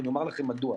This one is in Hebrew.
ואני אומר לכם מדוע.